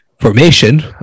formation